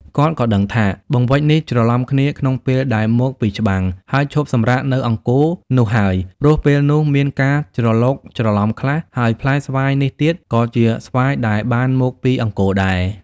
គាត់ក៏ដឹងថា បង្វេចនេះច្រឡំគ្នាក្នុងពេលដែលមកពីច្បាំង ហើយឈប់សម្រាកនៅអង្គរនោះហើយ ព្រោះពេលនោះមានការច្រឡូកច្រឡំខ្លះ ហើយផ្លែស្វាយនេះទៀត ក៏ជាស្វាយដែលបានពីអង្គរដែរ។